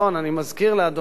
אני מזכיר לאדוני,